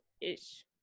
ish